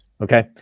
Okay